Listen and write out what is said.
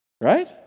Right